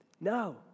No